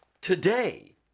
today